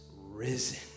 risen